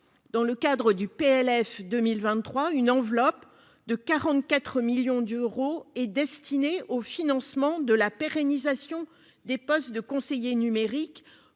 loi de finances pour 2023, une enveloppe de 44 millions d'euros est destinée au financement de la pérennisation des postes de conseillers numériques,